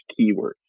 keywords